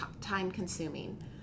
time-consuming